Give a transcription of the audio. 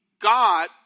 God